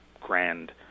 grand